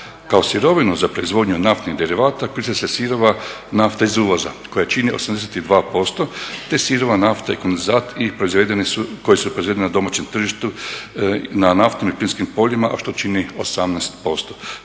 Kao sirovinu za proizvodnju naftnih derivata koriste se sirova nafta iz uvoza koja čini 82% te sirova nafta i kondenzat i proizvedeni su, koji su proizvedeni na domaćem tržištu, na naftnim i plinskim poljima a što čini 18%.